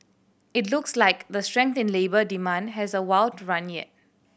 it looks like the strength in labour demand has a while to run yet